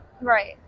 Right